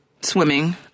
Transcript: swimming